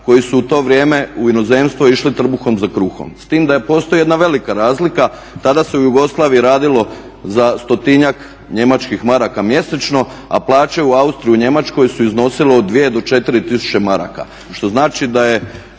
koji su u to vrijeme u inozemstvo išli trbuhom za kruhom. S tim da postoji jedna velika razlika, tada se u Jugoslaviji radilo za stotinjak njemačkih maraka mjesečno, a plaće u Austriji, u Njemačkoj su iznosile od 2 do 4000 maraka što znači da je